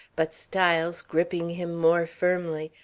but styles, gripping him more firmly,